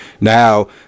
Now